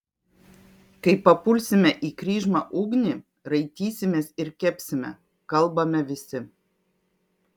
kai papulsime į kryžmą ugnį raitysimės ir kepsime kalbame visi